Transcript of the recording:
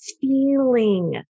feeling